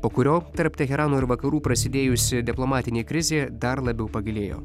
po kurio tarp teherano ir vakarų prasidėjusi diplomatinė krizė dar labiau pagilėjo